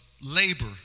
labor